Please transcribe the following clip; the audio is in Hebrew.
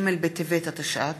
ג' בטבת התשע"ט,